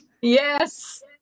Yes